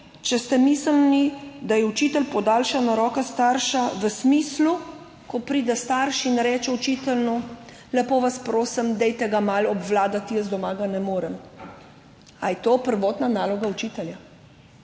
če ste mislili, da je učitelj podaljšana roka starša, v smislu, ko pride starš in reče učitelju: »Lepo vas prosim, dajte ga malo obvladati, jaz doma ga ne morem.« Ali je to prvotna naloga učitelja?